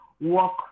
work